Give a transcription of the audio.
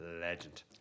legend